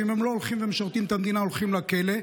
ואם הם לא הולכים ומשרתים את המדינה הם הולכים לכלא,